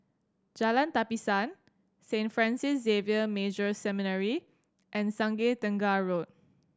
Jalan Tapisan Saint Francis Xavier Major Seminary and Sungei Tengah Road